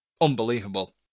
unbelievable